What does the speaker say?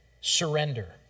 surrender